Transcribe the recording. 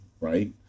right